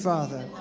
Father